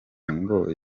ngo